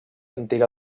antiga